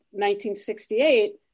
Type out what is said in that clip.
1968